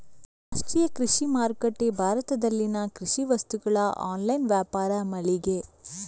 ರಾಷ್ಟ್ರೀಯ ಕೃಷಿ ಮಾರುಕಟ್ಟೆ ಭಾರತದಲ್ಲಿನ ಕೃಷಿ ವಸ್ತುಗಳ ಆನ್ಲೈನ್ ವ್ಯಾಪಾರ ಮಳಿಗೆ